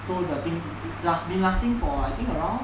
so the thing has been lasting lasting for I think around